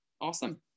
Awesome